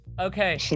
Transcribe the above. okay